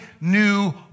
new